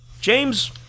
James